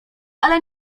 ale